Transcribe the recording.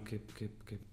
kaip kaip kaip